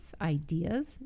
ideas